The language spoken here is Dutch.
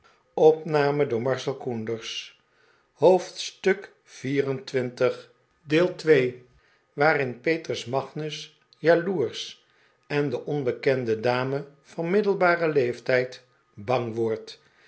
hoofdstuk xxiv waarin petrus magnus jaloersch en de onbekende dame van middelbaren leeftijd bang wordt